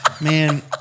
man